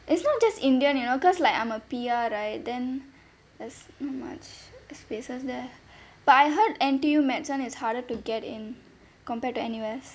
it's not just indian you know because like I'm a P_R right then there's not much spaces there but I heard N_T_U medicine is harder to get in compared to N_U_S